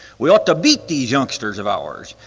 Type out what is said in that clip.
we ought to beat these youngsters of ours,